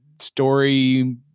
story